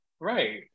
Right